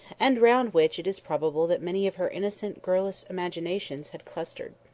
and round which it is probable that many of her innocent girlish imaginations had clustered.